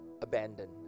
abandoned